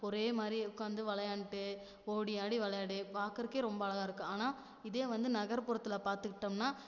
ஒரேமாதிரியே உட்காந்து விளையாண்ட்டு ஓடி ஆடி விளையாடி பாக்குறதுக்கே ரொம்ப அழகாக இருக்கும் ஆனால் இதே வந்து நகர்புறத்தில் பார்த்துக்கிட்டோம்னா